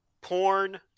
Porn